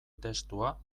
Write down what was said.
testua